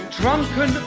drunken